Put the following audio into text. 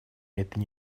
этой